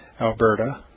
Alberta